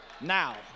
now